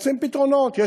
מוצאים פתרונות.